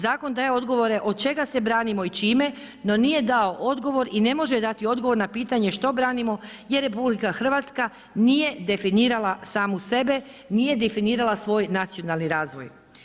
Zakon daje odgovore od čega se branimo i čime no nije dao odgovor i ne može dati odgovor na pitanje što branimo jer RH nije definirala samu sebe, nije definirala svoj nacionalni razvoj.